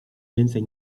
więcej